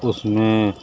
اس میں